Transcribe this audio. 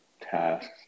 tasks